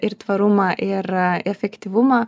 ir tvarumą ir efektyvumą